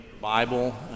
Bible